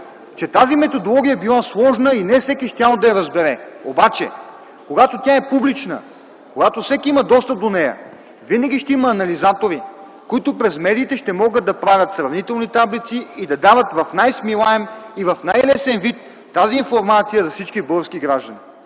че тази методология била сложна и не всеки щял да я разбере, обаче когато тя е публична, когато всеки има достъп до нея, винаги ще има анализатори, които през медиите ще могат да правят сравнителни таблици и да дават в най-смилаем и в най-лесен вид тази информация за всички български граждани.